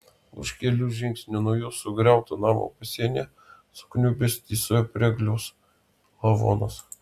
už kelių žingsnių nuo jų sugriauto namo pasienyje sukniubęs tysojo priegliaus lavonas